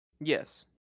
Yes